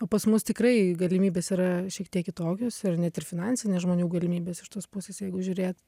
o pas mus tikrai galimybės yra šiek tiek kitokios ir net ir finansinės žmonių galimybės iš tos pusės jeigu žiūrėt